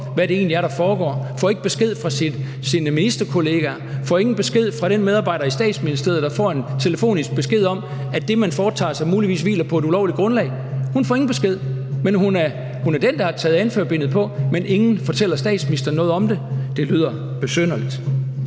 hvad det egentlig er, der foregår, får ikke besked fra sine ministerkollegaer, får ingen besked fra den medarbejder i Statsministeriet, der får en telefonisk besked som, at det, man foretager sig, muligvis hviler på et ulovligt grundlag. Hun får ingen besked, men hun er den, der har taget anførerbindet på. Men ingen fortæller statsministeren noget om det. Det lyder besynderligt.